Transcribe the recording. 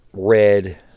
red